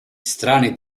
strane